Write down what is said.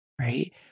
right